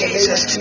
Jesus